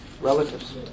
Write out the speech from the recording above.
Relatives